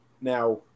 now